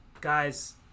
guys